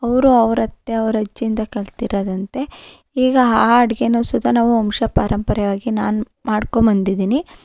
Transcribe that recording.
ಅವರು ಅವ್ರ ಅತ್ತೆ ಅವರಜ್ಜಿಯಿಂದ ಕಲ್ತಿರೋದಂತೆ ಈಗ ಹಾ ಅಡುಗೆನೂ ಸಹಿತ ನಾವು ವಂಶ ಪರಂಪರೆಯಾಗಿ ನಾನು ಮಾಡ್ಕೊಂಡ್ಬಂದಿದ್ದೀನಿ